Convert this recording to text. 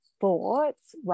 thoughts